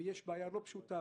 ויש בעיה לא פשוטה,